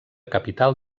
capital